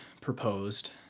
proposed